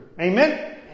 Amen